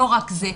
לא רק זה.